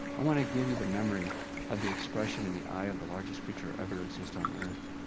i want to give you the memory of the expression in the eye of the largest creature ever to exist on earth.